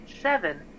seven